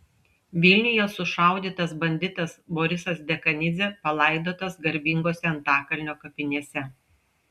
vilniuje sušaudytas banditas borisas dekanidzė palaidotas garbingose antakalnio kapinėse